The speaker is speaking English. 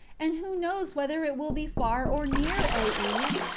and who knows whether it will be far or near, o eve?